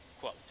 quote